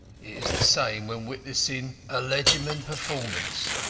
is the same when witnessing a legerdemain performance.